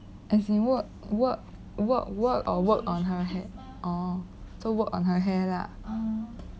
as in work work work work or work on her hair oh so work on her hair lah